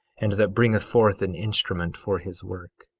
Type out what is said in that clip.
and that bringeth forth an instrument for his work